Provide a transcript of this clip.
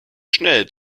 schnell